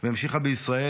והמשיכה בישראל,